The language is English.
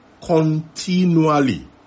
continually